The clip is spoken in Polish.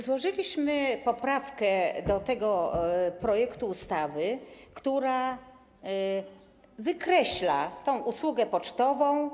Złożyliśmy poprawkę do tego projektu ustawy, która wykreśla tę usługę pocztową.